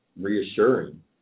reassuring